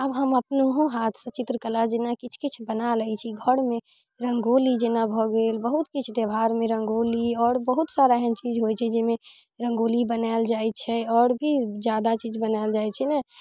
आब हम अपनहो हाथसँ चित्रकला जेना किछु किछु बना लै छी घऽरमे रङ्गोली जेना भऽ गेल बहुत किछु त्योहारमे रङ्गोली आओर बहुत सारा एहन चीज होइ छै जाहिमे रङ्गोली बनायल जाइ छै आओर भी जादा चीज बनायल जाइ छै ने